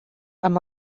amb